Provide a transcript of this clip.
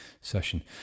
session